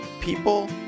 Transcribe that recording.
People